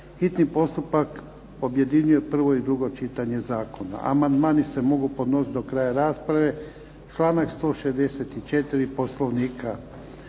hitni postupak objedinjuje prvo i drugo čitanje zakona. Amandmani se mogu podnositi do kraja rasprave članak 164. Poslovnika.